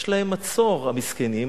יש להם מצור, המסכנים,